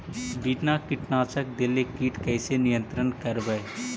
बिना कीटनाशक देले किट कैसे नियंत्रन करबै?